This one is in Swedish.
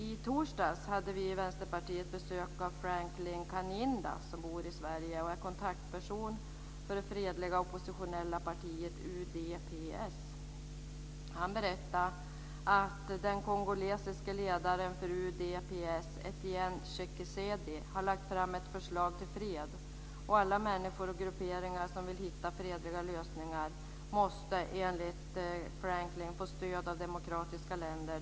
I torsdags hade vi i Vänsterpartiet besök av Etienne Tshisekedi har lagt fram ett förslag till fred, och alla människor och grupperingar som vill hitta fredliga lösningar måste enligt Kanyinda få stöd av demokratiska länder.